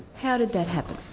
how did that happen?